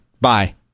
Bye